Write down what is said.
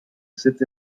sits